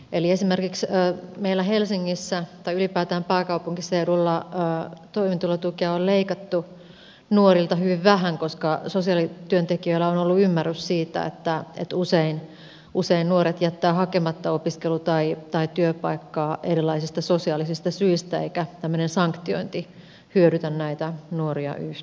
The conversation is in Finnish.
eli esimerkiksi meillä helsingissä tai ylipäätään pääkaupunkiseudulla toimeentulotukea on leikattu nuorilta hyvin vähän koska sosiaalityöntekijöillä on ollut ymmärrys siitä että usein nuoret jättävät hakematta opiskelu tai työpaikkaa erilaisista sosiaalisista syistä eikä tämmöinen sanktiointi hyödytä näitä nuoria yhtään